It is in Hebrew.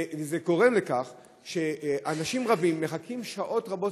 זה גורם לכך שאנשים רבים מחכים שעות רבות,